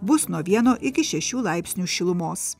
bus nuo vieno iki šešių laipsnių šilumos